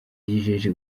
yijeje